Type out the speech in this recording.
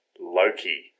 Loki